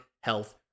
health